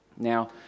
Now